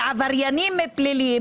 לעבריינים פליליים,